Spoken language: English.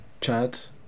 chat